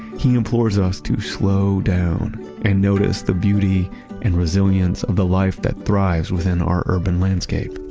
he implores us to slow down and notice the beauty and resilience of the life that thrives within our urban landscape.